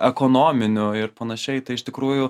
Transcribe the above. ekonominių ir panašiai tai iš tikrųjų